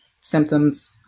symptoms